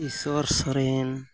Ishwar Soren